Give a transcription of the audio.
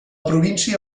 província